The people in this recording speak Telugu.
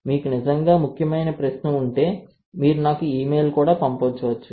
మీకు నిజంగా ముఖ్యమైన ప్రశ్న ఉంటే మీరు నాకు ఇమెయిల్ కూడా పంపించవచ్చు